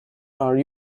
are